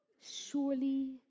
surely